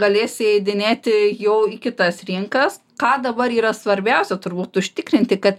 galės įeidinėti jau į kitas rinkas ką dabar yra svarbiausia turbūt užtikrinti kad